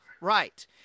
Right